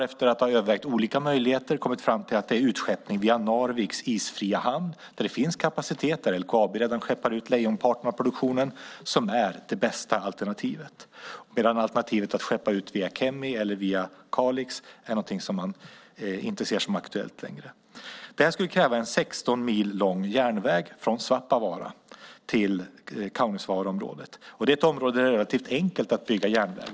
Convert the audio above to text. Efter att ha övervägt olika möjligheter har företaget kommit fram till att det är utskeppning via Narviks isfria hamn, där det finns kapacitet och där LKAB redan skeppar ut lejonparten av produktionen, som är det bästa alternativet. Alternativen att skeppa ut via Kemi eller via Kalix ser man inte som aktuella längre. Det här skulle kräva en 16 mil lång järnväg från Svappavaara till Kaunisvaaraområdet. Det är ett område där det är relativt enkelt att bygga järnväg.